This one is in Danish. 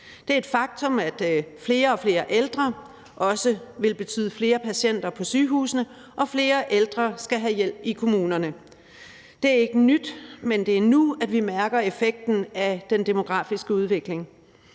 Det er et faktum, at flere og flere ældre også vil betyde flere patienter på sygehusene, og at flere ældre skal have hjælp i kommunerne. Det er ikke nyt, men det er nu, at vi mærker effekten af den demografiske udvikling.